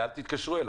לאל תתקשרו אליי.